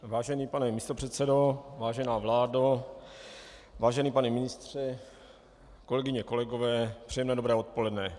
Vážený pane místopředsedo, vážená vládo, vážený pane ministře, kolegyně, kolegové, všem dobré odpoledne.